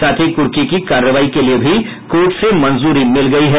साथ ही कुर्की की कार्रवाई के लिये भी कोर्ट से मंजूरी मिल गयी है